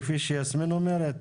כפי שיסמין אומרת?